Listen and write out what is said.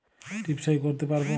টিপ সই করতে পারবো?